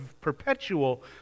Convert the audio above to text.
perpetual